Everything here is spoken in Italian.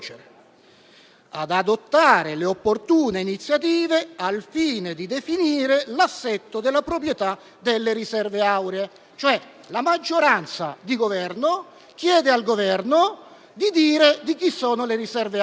«ad adottare le opportune iniziative al fine di definire l'assetto della proprietà delle riserve auree». Cioè la maggioranza di Governo chiede al Governo di dire di chi sono le riserve auree.